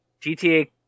GTA